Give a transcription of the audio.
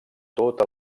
tota